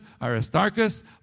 Aristarchus